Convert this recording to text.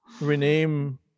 rename